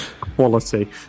Quality